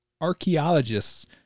archaeologists